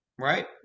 Right